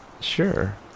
Sure